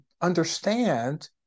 understand